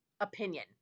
opinion